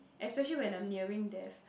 especially when I'm nearing death